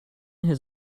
his